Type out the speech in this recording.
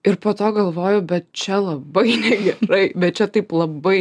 ir po to galvoju bet čia labai negerai bet čia taip labai